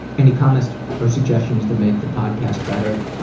any comments or suggestions to make the podcast better?